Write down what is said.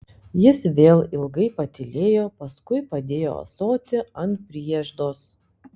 jis vėl ilgai patylėjo paskui padėjo ąsotį ant prieždos